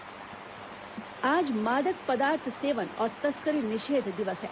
मादक पदार्थ निषेध दिवस आज मादक पदार्थ सेवन और तस्करी निषेध दिवस है